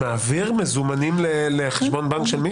שמעביר מזומנים לחשבון בנק של מישהו?